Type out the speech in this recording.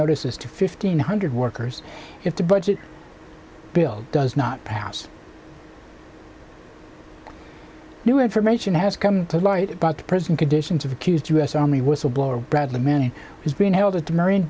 notices to fifteen hundred workers if the budget bill does not pass new information has come to light about the prison conditions of accused u s army whistleblower bradley manning is being held at the marine